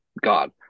God